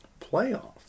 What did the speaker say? Playoffs